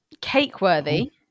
Cake-worthy